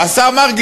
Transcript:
השר מרגי,